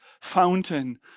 fountain